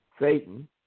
Satan